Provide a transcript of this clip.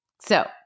So-